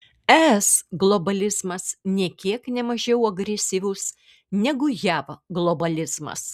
es globalizmas nė kiek ne mažiau agresyvus negu jav globalizmas